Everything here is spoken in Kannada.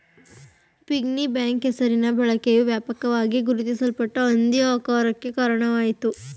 ಪಿಗ್ನಿ ಬ್ಯಾಂಕ್ ಹೆಸರಿನ ಬಳಕೆಯು ವ್ಯಾಪಕವಾಗಿ ಗುರುತಿಸಲ್ಪಟ್ಟ ಹಂದಿ ಆಕಾರಕ್ಕೆ ಕಾರಣವಾಯಿತು